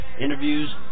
Interviews